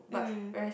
mm